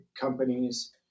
companies